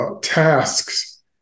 tasks